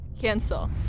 Cancel